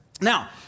Now